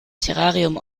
terrarium